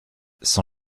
son